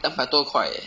两百多块 eh